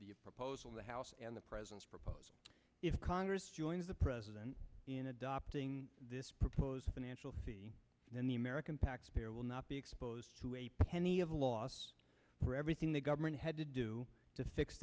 the proposal in the house and the president's proposal if congress joins the president in adopting this proposed financial see in the american taxpayer will not be exposed to a penny of loss for everything the government had to do to fix